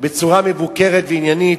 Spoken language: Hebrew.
בצורה מבוקרת ועניינית.